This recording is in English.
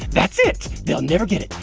that's it, they'll never get it!